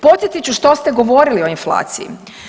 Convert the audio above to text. Podsjetit ću što ste govorili o inflaciji.